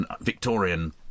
Victorian